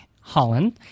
Holland